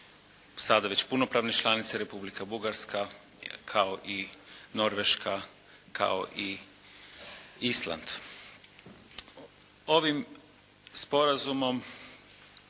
sada već punopravne članice Republika Bugarska, kao i Norveška, kao i Island. Ovim sporazumom